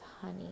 honey